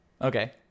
Okay